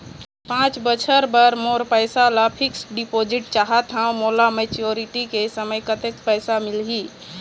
पांच बछर बर मोर पैसा ला फिक्स डिपोजिट चाहत हंव, मोला मैच्योरिटी के समय कतेक पैसा मिल ही?